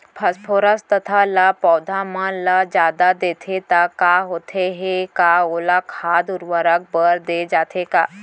Phosphorus तथा ल पौधा मन ल जादा देथन त का होथे हे, का ओला खाद उर्वरक बर दे जाथे का?